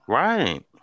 right